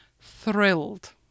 thrilled